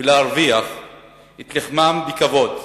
ולהרוויח את לחמם בכבוד.